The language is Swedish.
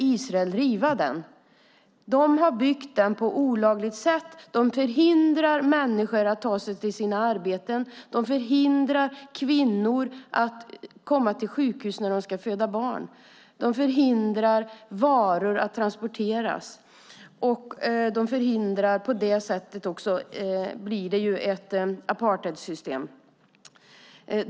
De har byggt den på ett olagligt sätt. Den förhindrar människor att ta sig till sina arbeten. Den förhindrar kvinnor att komma till sjukhus när de ska föda barn. Den förhindrar varor att transporteras. På det sättet blir det ett apartheidsystem.